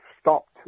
stopped